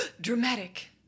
dramatic